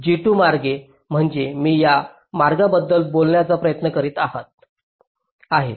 G2 मार्गे म्हणजे मी या मार्गाबद्दल बोलण्याचा प्रयत्न करीत आहे